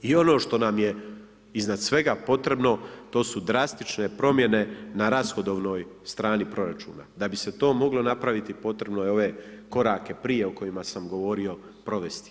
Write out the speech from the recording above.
I ono što nam iznad svega potrebno to su drastične promjene na rashodovnoj strani proračuna, da bi se to moglo napraviti potrebno je ove korake prije o kojima sam govorio, provesti.